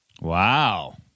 Wow